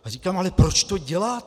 A říkám: Ale proč to děláte?